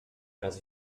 raz